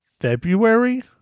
February